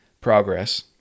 progress